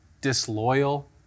disloyal